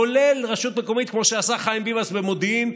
כולל רשות מקומית כמו שעשה חיים ביבס במודיעין,